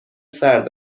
سرد